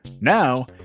Now